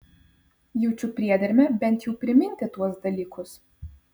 jaučiu priedermę bent jau priminti tuos dalykus